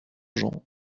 jean